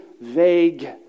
vague